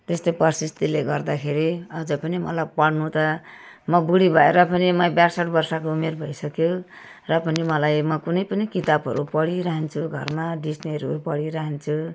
त्यस्तै परिस्थितिले गर्दाखेरि अझ पनि मलाई पढ्नु त म बुढी भएर पनि म ब्यासठ वर्षको उमेर भइसक्यो र पनि मलाई म कुनै पनि किताबहरू पढिरहन्छु घरमा डिक्स्नेरीहरू पढिरहन्छु